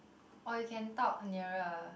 or you can talk nearer